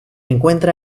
encuentra